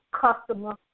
customer